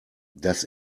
das